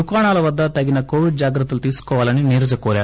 దుకాణాల వద్ద తగిన కోవిడ్ జాగ్రత్తలు తీసుకోవాలని నీరజ కోరారు